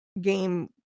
game